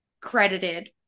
credited